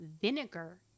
vinegar